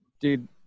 Dude